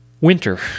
winter